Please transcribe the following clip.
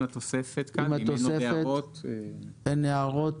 עם התוספת ואם יש הערות.